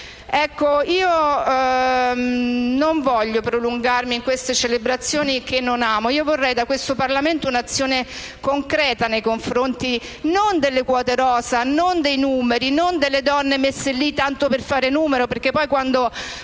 Non voglio prolungarmi in queste celebrazioni, che non amo. Vorrei da questo Parlamento un'azione concreta nei confronti non delle quote rosa, non dei numeri, non delle donne messe lì tanto per fare numero, perché poi quando